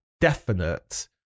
definite